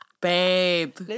babe